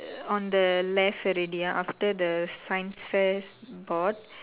err on the left already ah after the science fair's board